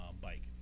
bike